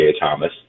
Thomas